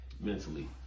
mentally